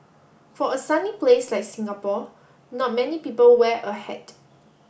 for a sunny place like Singapore not many people wear a hat